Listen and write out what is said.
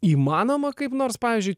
įmanoma kaip nors pavyzdžiui